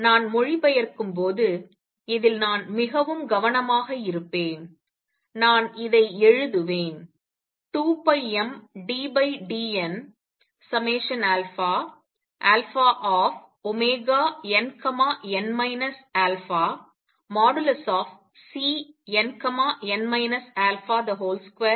எனவே நான் மொழிபெயர்க்கும்போது இதில் நான் மிகவும் கவனமாக இருப்பேன் நான் இதை எழுதுவேன் 2πmddnnn α|Cnn α |2h